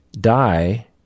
die